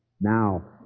Now